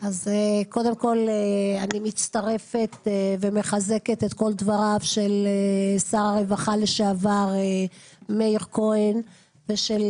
קודם כל אני מצטרפת ומחזקת את דבריו של שר הרווחה לשעבר מאיר כהן ושל